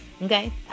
Okay